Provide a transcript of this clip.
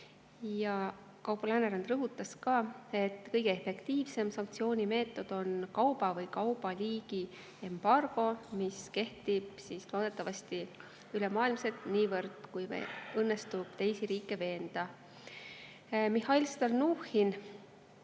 Kaupo Läänerand rõhutas ka, et kõige efektiivsem sanktsioon on kauba või kaubaliigi embargo, mis kehtib loodetavasti ülemaailmselt niivõrd, kuivõrd õnnestub teisi riike veenda. Mihhail Stalnuhhin